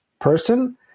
person